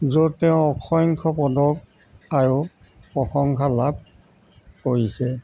তেওঁ অসংখ্য পদক আৰু প্ৰশংসা লাভ কৰিছে